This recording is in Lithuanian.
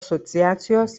asociacijos